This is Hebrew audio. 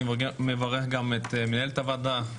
אני מברך גם את מנהלת הוועדה.